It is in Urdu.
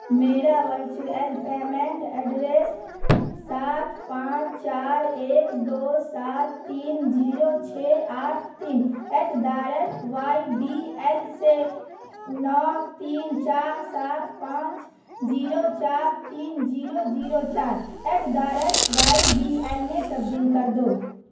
میرا ورچوئل پیمنٹ ایڈریس سات پانچ چار ایک دو سات تین زیرو چھ آٹھ تین at the rate Y B L سے نو تین چار سات پانچ زیرو چار تین زیرو زیرو چار at the rate Y B L میں تبدیل کر دو